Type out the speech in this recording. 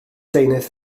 deunydd